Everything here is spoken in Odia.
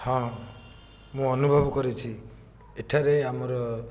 ହଁ ମୁଁ ଅନୁଭବ କରିଛି ଏଠାରେ ଆମର